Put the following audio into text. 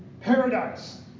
paradise